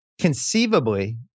Conceivably